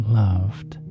loved